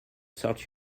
sort